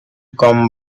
come